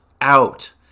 out